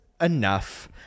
enough